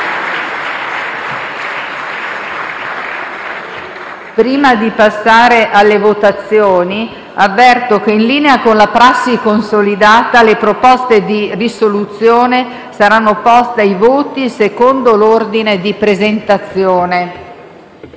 Prima di passare alle votazioni, avverto che, in linea con una prassi consolidata, le proposte di risoluzione saranno poste ai voti secondo l'ordine di presentazione. Indìco